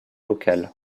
local